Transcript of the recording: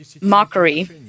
mockery